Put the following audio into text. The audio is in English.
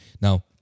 Now